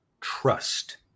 trust